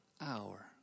hour